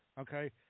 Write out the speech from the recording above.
Okay